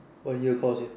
one year course ah